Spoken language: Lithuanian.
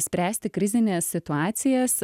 spręsti krizines situacijas